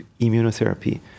immunotherapy